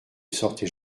sortez